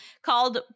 called